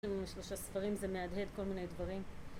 שלושה ספרים, זה מהדהד כל מיני דברים.